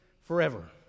forever